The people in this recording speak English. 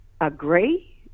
agree